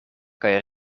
kaj